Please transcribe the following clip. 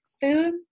food